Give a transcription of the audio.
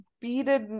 beaded